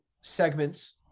segments